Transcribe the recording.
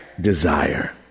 Desire